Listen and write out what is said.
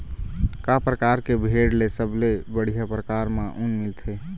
का परकार के भेड़ ले सबले बढ़िया परकार म ऊन मिलथे?